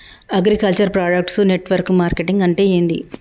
Agriculture product network marketing అంటే ఏంది?